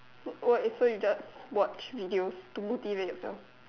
what so you just watch video to motivate